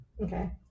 Okay